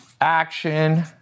action